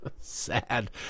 Sad